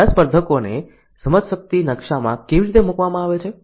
મારા સ્પર્ધકોને સમજશક્તિ નકશામાં કેવી રીતે મૂકવામાં આવે છે